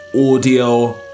audio